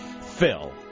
Phil